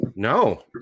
No